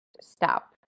stop